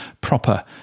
proper